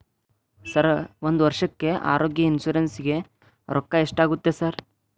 Sir ಒಂದು ವರ್ಷಕ್ಕೆ ಆರೋಗ್ಯ ಇನ್ಶೂರೆನ್ಸ್ ಗೇ ರೊಕ್ಕಾ ಎಷ್ಟಾಗುತ್ತೆ ಸರ್?